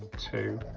two,